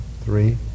Three